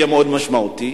יהיו משמעותיות.